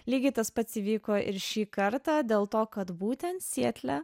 lygiai tas pats įvyko ir šį kartą dėl to kad būtent sietle